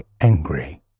angry